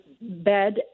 Bed